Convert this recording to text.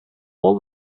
all